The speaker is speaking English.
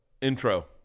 Intro